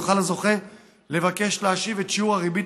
יוכל הזוכה לבקש להשיב את שיעור הריבית